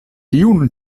tiun